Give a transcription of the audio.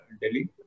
Delhi